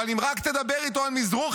אבל אם רק תדבר איתו על מזרוחניקים,